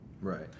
Right